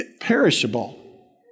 perishable